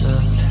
up